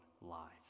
lives